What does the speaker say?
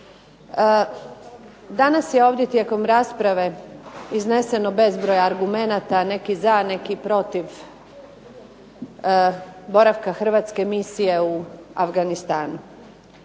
Danas je ovdje tijekom rasprave izneseno bezbroj argumenata, neki za, a neki protiv boravka hrvatske misije u Afganistanu.